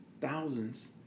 thousands